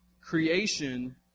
creation